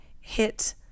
hit